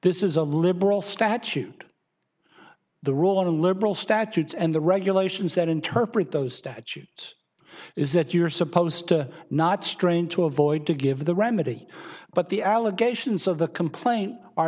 this is a liberal statute the role of liberal statutes and the regulations that interpret those statutes is that you're supposed to not strain to avoid to give the remedy but the allegations of the complaint are